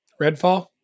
Redfall